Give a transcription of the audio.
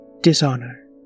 Dishonor